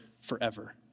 forever